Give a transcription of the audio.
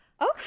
okay